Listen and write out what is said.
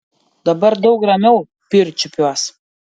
dabar daug ramiau pirčiupiuos